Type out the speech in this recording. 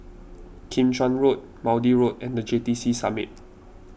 Kim Chuan Road Maude Road and the J T C Summit